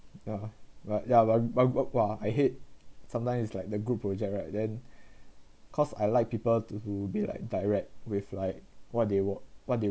yeah but yeah but bu~ bu~ bu~ I hate sometimes is like the group project right then cause I like people to who be like direct with like what they wa~ what they